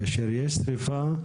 כאשר יש שריפה,